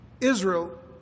Israel